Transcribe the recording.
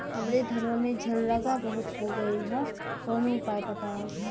हमरे धनवा में झंरगा बहुत हो गईलह कवनो उपाय बतावा?